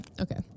Okay